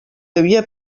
havia